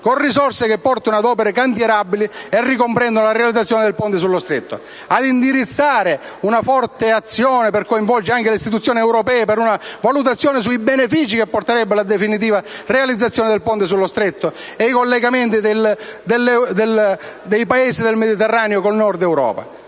con risorse che portino ad opere cantierabili e ricomprendano la realizzazione del ponte sullo stretto; 3) ad indirizzare una forte azione per coinvolgere anche le istituzioni europee in una valutazione sui benefici che porterebbe la definitiva realizzazione del ponte sullo stretto per i collegamenti attraverso la